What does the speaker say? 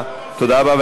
תודה רבה.